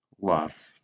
love